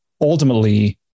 ultimately